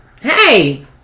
Hey